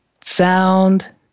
sound